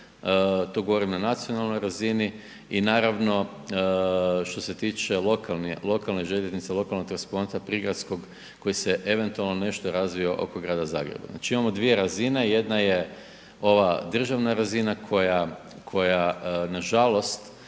To govorim na nacionalnoj razini i naravno što se tiče lokalne željeznice, lokalnog transporata prigradskog koji se eventualno nešto razvio oko grada Zagreba. Znači imamo dvije razine, jedna je ova državna razina koja nažalost